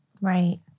right